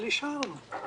אבל אישרנו.